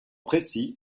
précis